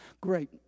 Great